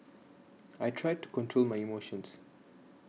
I tried to control my emotions